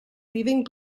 leaving